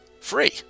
free